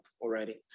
already